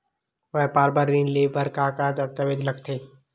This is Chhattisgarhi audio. व्यापार बर ऋण ले बर का का दस्तावेज लगथे?